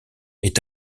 est